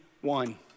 one